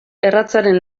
erratzaren